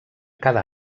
cada